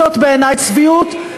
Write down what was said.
זאת בעיני צביעות,